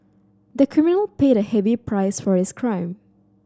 the criminal paid a heavy price for his crime